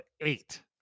eight